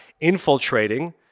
infiltrating